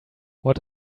what